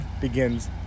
begins